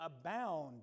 abound